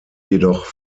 jedoch